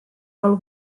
pel